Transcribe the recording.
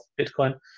Bitcoin